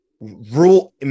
rule